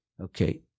okay